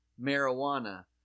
marijuana